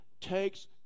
takes